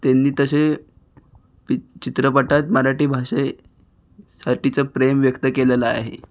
तेंनी तसे पिक चित्रपटात मराठी भाषेसाठीचं प्रेम व्यक्त केलेलं आहे